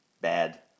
bad